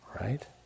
right